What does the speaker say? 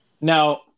Now